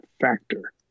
factor